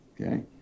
Okay